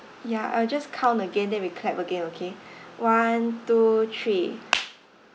yeah I'll just count again then we clap again okay one two three